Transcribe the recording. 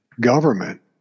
government